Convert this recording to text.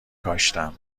کاشتم